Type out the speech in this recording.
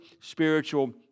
spiritual